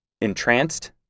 Entranced